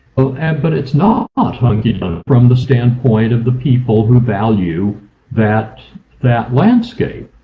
oh and but it's not ah not hunky-dunky from the standpoint of the people who value that that landscape.